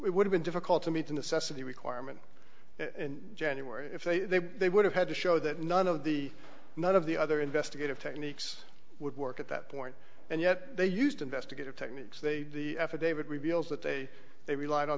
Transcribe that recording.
would have been difficult to meet the necessity requirement in january if they they would have had to show that none of the none of the other investigative techniques would work at that point and yet they used investigative techniques they the affidavit reveals that they they relied on